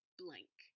blank